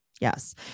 Yes